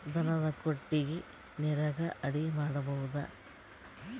ದನದ ಕೊಟ್ಟಿಗಿ ನರೆಗಾ ಅಡಿ ಮಾಡಬಹುದಾ?